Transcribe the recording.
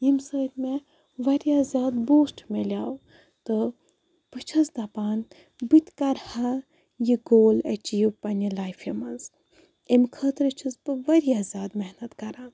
ییٚمہِ سۭتۍ مےٚ واریاہ زیادٕ بوٗسٹ مِلیٛو تہٕ بہٕ چھَس دَپان بہٕ تہِ کَرٕہا یہِ گول ایٚچیٖو پنٛنہِ لایفہِ منٛز امہِ خٲطرٕ چھَس بہٕ وارِیاہ زیادٕ محنت کَران